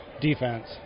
defense